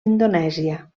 indonèsia